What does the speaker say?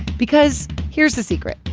because here's the secret.